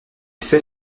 fait